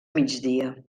migdia